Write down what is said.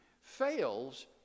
fails